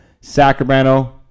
Sacramento